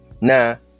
now